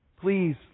Please